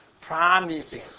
promising